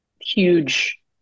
huge